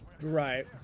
Right